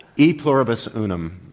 e pluribus unum.